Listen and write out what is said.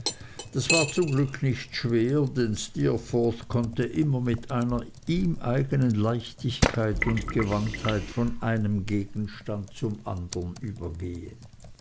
das war zum glück nicht schwer denn steerforth konnte immer mit einer ihm eignen leichtigkeit und gewandtheit von einem gegenstand zum andern übergehen